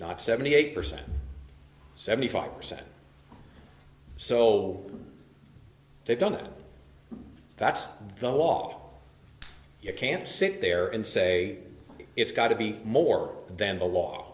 not seventy eight percent seventy five percent so they don't that's the law you can't sit there and say it's got to be more than the law